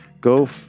go